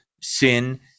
sin